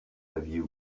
aviez